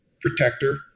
protector